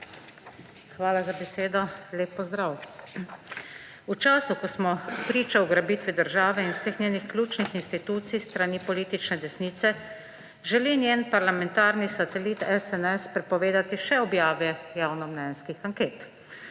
Hvala za besedo. Lep pozdrav! V času, ko smo priča ugrabitvi države in vseh njenih ključnih institucij s strani politične desnice, želi njen parlamentarni satelit SNS prepovedati še objave javnomnenjskih anket.